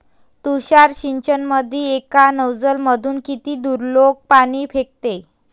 तुषार सिंचनमंदी एका नोजल मधून किती दुरलोक पाणी फेकते?